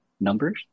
numbers